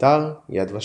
באתר "יד ושם"